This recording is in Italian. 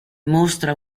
mostra